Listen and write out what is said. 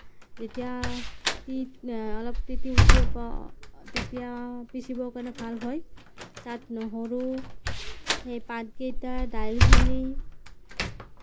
যেতিয়া অলপ তিতি উঠিব তেতিয়া পিচিবৰ কাৰণে ভাল হয় তাত নহৰু সেই পাতকেইটা দাইলখিনি